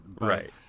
right